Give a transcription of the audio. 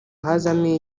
hazamo